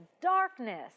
darkness